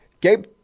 Gabe